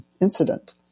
incident